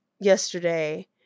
yesterday